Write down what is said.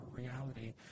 reality